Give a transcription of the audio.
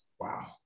Wow